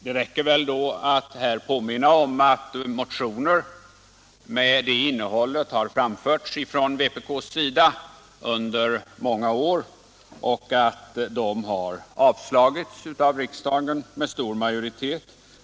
Det räcker väl då att påminna om att motioner med det innehållet har framförts från vpk:s sida under många år och att de har avslagits av riksdagen med stor majoritet.